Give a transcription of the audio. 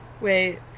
Wait